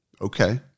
Okay